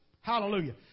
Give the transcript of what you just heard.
Hallelujah